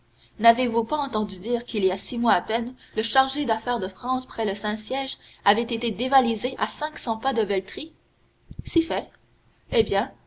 n'avez-vous pas entendu dire qu'il y a six mois à peine le chargé d'affaires de france près le saint-siège avait été dévalisé à cinq cents pas de velletri si fait eh bien